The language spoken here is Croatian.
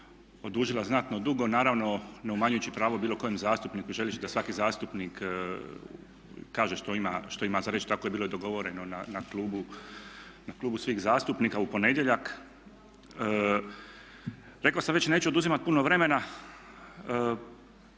odužila znatno dugo, naravno ne umanjujući pravo bilo kojem zastupniku želeći da svaki zastupnik kaže što ima za reći. Tako je bilo i dogovoreno na klubu svih zastupnika u ponedjeljak. Rekao sam već neću oduzimati puno vremena,